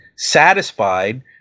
satisfied